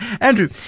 Andrew